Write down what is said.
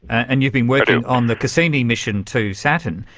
and you've been working on the cassini mission to saturn.